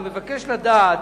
אני מבקש לדעת,